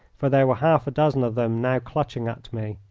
for there were half a dozen of them now clutching at me.